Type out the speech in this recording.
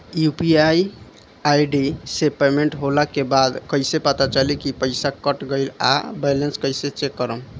UPI ID से payment होला के बाद कइसे पता चली की पईसा कट गएल आ बैलेंस कइसे चेक करम?